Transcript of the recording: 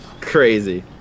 Crazy